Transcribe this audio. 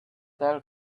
tell